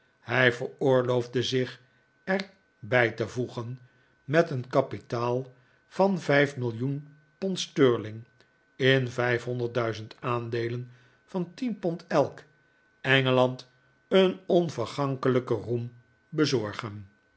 hij veroorloofde zich er bij te voegen met een kapitaal van vijf millioen pond sterling in aandeelen van tien pond elk engeland een onvergankelijken roem bezorgen